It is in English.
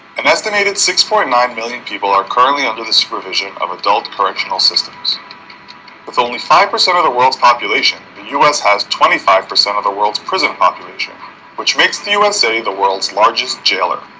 an estimated six point nine million people are currently under the supervision of adult correctional systems but with only five percent of the world's population the us has twenty five percent of the world's prison population which makes the usa the world's largest jailer?